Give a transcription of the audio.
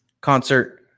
Concert